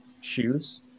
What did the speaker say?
shoes